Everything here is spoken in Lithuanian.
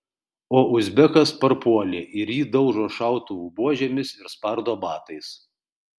o uzbekas parpuolė ir jį daužo šautuvų buožėmis ir spardo batais